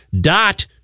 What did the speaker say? Dot